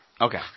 Okay